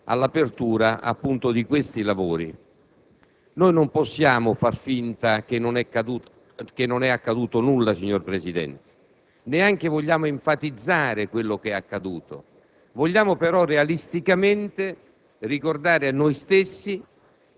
all'apertura, appunto, dei nostri lavori. Noi non possiamo far finta che non sia accaduto nulla, signor Presidente, e neanche vogliamo enfatizzare quello che è accaduto; vogliamo però, realisticamente, ricordare a noi stessi